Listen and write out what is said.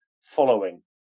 following